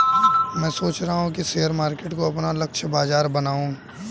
मैं सोच रहा हूँ कि शेयर मार्केट को अपना लक्ष्य बाजार बनाऊँ